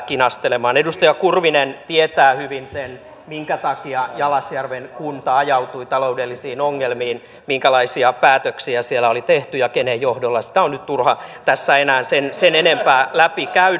edustaja kurvinen tietää hyvin sen minkä takia jalasjärven kunta ajautui taloudellisiin ongelmiin minkälaisia päätöksiä siellä oli tehty ja kenen johdolla sitä on nyt turha tässä enää sen enempää läpikäydä